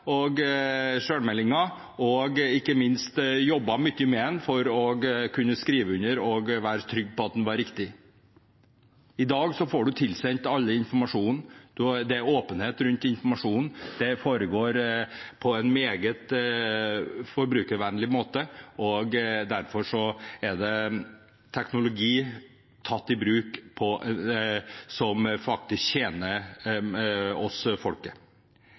i januar, og ikke minst har jeg jobbet mye med den for å kunne skrive under og være trygg på at den var riktig. I dag får man tilsendt all informasjonen, og det er åpenhet rundt informasjonen. Det foregår på en meget brukervennlig måte. Derfor er dette teknologi tatt i bruk som faktisk tjener folket.